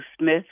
Smith